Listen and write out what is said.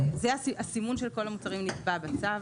הסימון של כל המוצרים נקבע בצו.